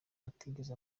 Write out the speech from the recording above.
atigeze